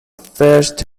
first